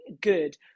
good